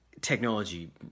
technology